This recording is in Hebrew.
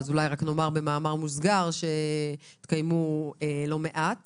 אולי רק נאמר במאמר מוסגר שהתקיימו לא מעט